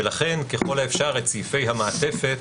ולכן, ככל האפשר את סעיפי המעטפת